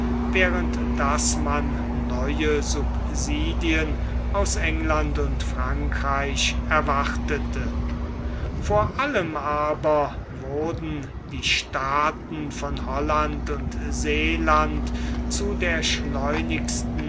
während daß man neue subsidien aus england und frankreich erwartete vor allem aber wurden die staaten von holland und seeland zu der schleunigsten